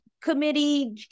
committee